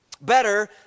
better